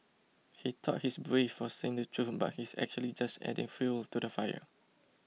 he thought he's brave for saying the truth but he's actually just adding fuel to the fire